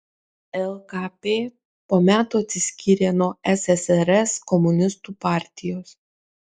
lkp po metų atsiskyrė nuo ssrs komunistų partijos